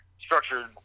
structured